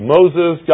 Moses